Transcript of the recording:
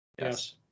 Yes